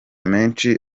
menshi